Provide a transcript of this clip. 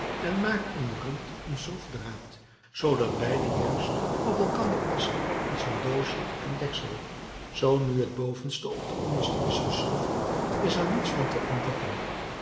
en maakt om den rand een schroefdraad zoodat beide juist op elkander passen als een doosje en deksel zoo nu het bovenste op het onderste is geschroefd is er niets van te ontdekken